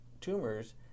tumors